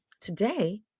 Today